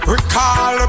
Recall